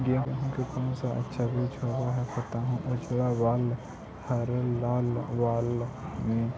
गेहूं के कौन सा अच्छा बीज होव है बताहू, उजला बाल हरलाल बाल में?